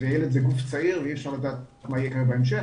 וילד זה גוף צעיר, ואי אפשר לדעת מה יקרה בהמשך.